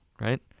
right